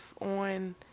on